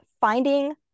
finding